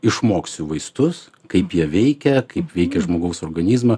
išmoksiu vaistus kaip jie veikia kaip veikia žmogaus organizmą